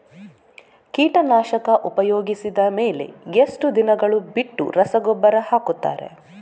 ಕೀಟನಾಶಕ ಉಪಯೋಗಿಸಿದ ಮೇಲೆ ಎಷ್ಟು ದಿನಗಳು ಬಿಟ್ಟು ರಸಗೊಬ್ಬರ ಹಾಕುತ್ತಾರೆ?